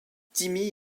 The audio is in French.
timmy